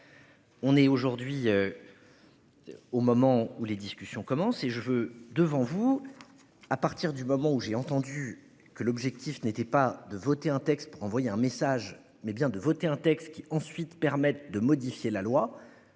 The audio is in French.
On est aujourd'hui. Au moment où les discussions comment et je veux devant vous. À partir du moment où j'ai entendu que l'objectif n'était pas de voter un texte pour envoyer un message mais bien de voter un texte qui ensuite permettent de modifier la loi.